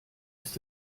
ist